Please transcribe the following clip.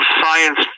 science